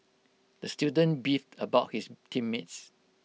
the student beefed about his team mates